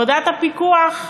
עבודת הפיקוח,